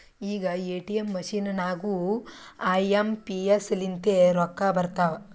ಈಗ ATM machine ನಾಗೂ I M P S ಲಿಂತೆ ರೊಕ್ಕಾ ಬರ್ತಾವ್